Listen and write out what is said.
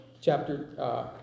chapter